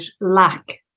lack